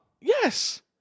Yes